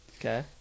Okay